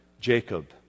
Jacob